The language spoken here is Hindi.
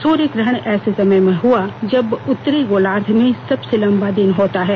सूर्य ग्रहण ऐसे समय हुआ है जब उत्तरी गोलार्ध में सबसे लंबा दिन होता है